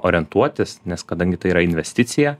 orientuotis nes kadangi tai yra investicija